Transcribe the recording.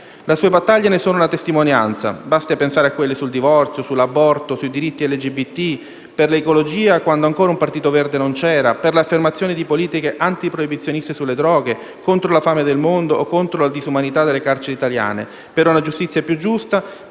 Le sue battaglie ne sono una testimonianza: basti pensare a quelle sul divorzio, sull'aborto, per i diritti LGBT e per l'ecologia (quando ancora un partito verde non c'era), per l'affermazione di politiche antiproibizioniste sulle droghe, contro la fame nel mondo o contro la disumanità delle carceri italiane, per una giustizia più giusta